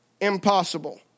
impossible